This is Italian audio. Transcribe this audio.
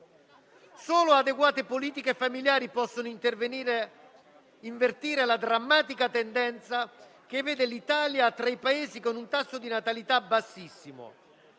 Solo adeguate politiche familiari possono invertire la drammatica tendenza, che vede l'Italia tra i Paesi con un tasso di natalità bassissimo.